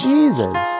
Jesus